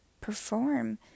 perform